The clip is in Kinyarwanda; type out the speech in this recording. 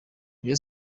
rayon